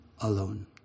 alone